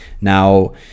now